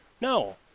No